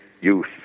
youth